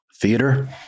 theater